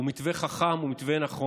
הוא מתווה חכם, הוא מתווה נכון.